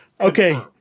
Okay